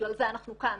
בגלל זה אנחנו כאן,